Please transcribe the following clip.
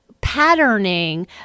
patterning